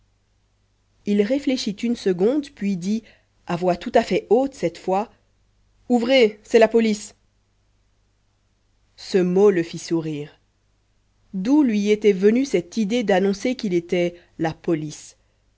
il réfléchit une seconde puis dit à voix tout à fait haute cette fois ouvrez c'est la police ce mot le fit sourire d'où lui était venue cette idée d'annoncer qu'il était la police